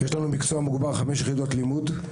יש לנו מקצוע מוגבר חמש יחידות לימוד.